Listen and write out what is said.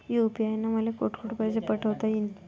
UPI न मले कोठ कोठ पैसे पाठवता येईन?